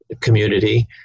community